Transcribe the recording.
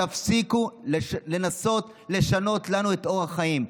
תפסיקו לנסות לשנות לנו את אורח החיים.